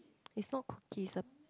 is not cookies